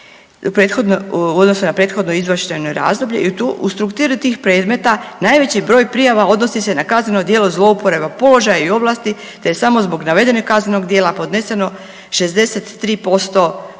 u strukturi tih predmeta najveći broj prijava odnosi se na kazneno djelo zlouporabe položaja i ovlasti, te je samo zbog navedenog kaznenog djela podneseno 63% ukupnog